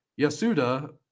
Yasuda